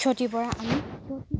ক্ষতিৰপৰা আমি